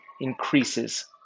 increases